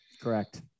Correct